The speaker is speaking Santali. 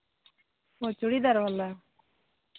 ᱚ ᱪᱩᱲᱤᱫᱟᱨ ᱵᱟᱞᱟ